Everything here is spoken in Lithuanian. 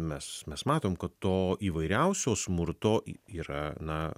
mes mes matom kad to įvairiausio smurto yra na